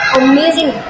amazing